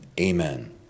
Amen